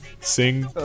Sing